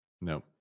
no